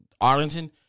Arlington